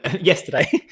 yesterday